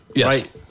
right